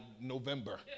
November